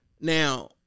Now